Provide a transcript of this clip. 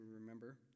remember